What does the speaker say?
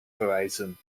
verwijzen